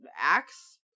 axe